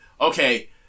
okay